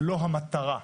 לא המטרה.